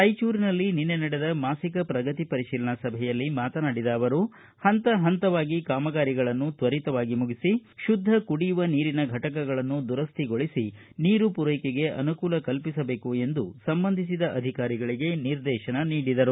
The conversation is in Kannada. ರಾಯಚೂರಿನಲ್ಲಿ ನಿನ್ನೆ ನಡೆದ ಮಾಸಿಕ ಪ್ರಗತಿ ಪರಿಶೀಲನಾ ಸಭೆಯಲ್ಲಿ ಮಾತನಾಡಿದ ಅವರು ಪಂತ ಪಂತವಾಗಿ ಕಾಮಾಗಾರಿಗಳನ್ನು ತ್ವರಿತವಾಗಿ ಮುಗಿಸಿ ಶುದ್ದ ಕುಡಿಯುವ ನೀರಿನ ಫಟಕಗಳನ್ನು ದುರಸ್ತಿಗೊಳಿಸಿ ನೀರು ಪೂರೈಕೆಗೆ ಅನುಕೂಲ ಕಲ್ಲಿಸಬೇಕು ಎಂದು ಸಂಬಂಧಿಸಿದ ಅಧಿಕಾರಿಗಳಿಗೆ ನಿರ್ದೇಶನ ನೀಡಿದರು